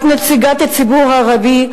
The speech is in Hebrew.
את נציגת הציבור הערבי,